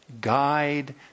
guide